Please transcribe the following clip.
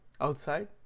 Outside